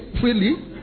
freely